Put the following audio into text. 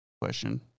question